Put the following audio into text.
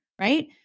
right